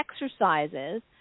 exercises